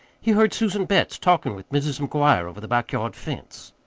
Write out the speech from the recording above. he heard susan betts talking with mrs. mcguire over the back-yard fence.